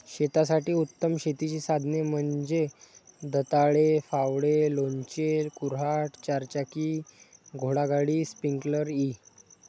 शेतासाठी उत्तम शेतीची साधने म्हणजे दंताळे, फावडे, लोणचे, कुऱ्हाड, चारचाकी घोडागाडी, स्प्रिंकलर इ